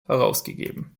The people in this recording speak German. herausgegeben